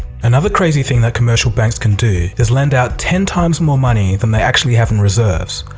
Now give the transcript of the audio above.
another crazy thing that commercial banks can do is lend out ten times more money than they actually have in reserves.